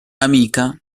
amica